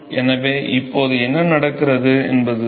எனவே இப்போது என்ன நடக்கிறது என்பதுதான்